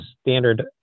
standard